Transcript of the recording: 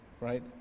right